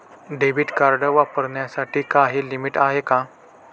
Debit card वापरण्यासाठी काही limit आहे का?